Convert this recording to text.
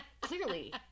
Clearly